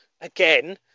again